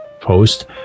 post